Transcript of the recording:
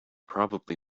probably